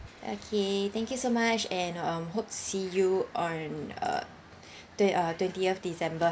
okay thank you so much and um hope to see you on uh twen~ twentieth december